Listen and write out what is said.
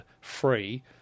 free